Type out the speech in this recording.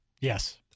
Yes